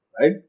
Right